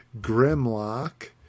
Grimlock